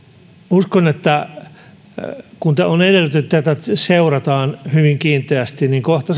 uskon että kun on edellytetty että tätä seurataan hyvin kiinteästi niin kohta